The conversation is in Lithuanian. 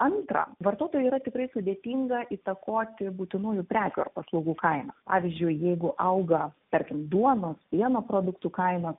antra vartotojui yra tikrai sudėtinga įtakoti būtinųjų prekių ar paslaugų kainą pavyzdžiui jeigu auga tarkim duonos pieno produktų kainos